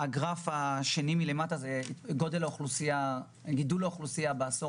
הגרף הבא מראה את גידול האוכלוסייה בעשור